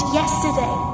yesterday